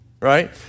right